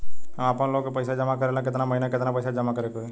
हम आपनलोन के पइसा जमा करेला केतना महीना केतना पइसा जमा करे के होई?